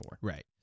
right